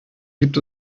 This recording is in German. gibt